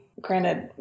granted